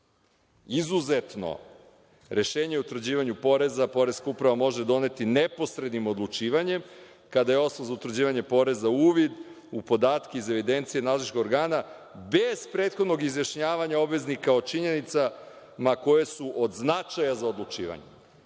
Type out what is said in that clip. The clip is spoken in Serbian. „Izuzetno, rešenje o utvrđivanju poreza, poreska uprava može doneti neposrednim odlučivanjem, kada je osnov za utvrđivanje poreza uvid u podatke iz evidencije nadležnih organa bez prethodnog izjašnjavanja obveznika o činjenicama koje su od značaja za odlučivanje“.